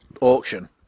auction